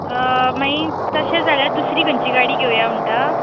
मागीर तशे जाल्यार दुसरी खंयची गाडी घेवया म्हणटा